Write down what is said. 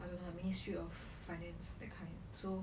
I don't know ministry of finance that kind so